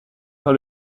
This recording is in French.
par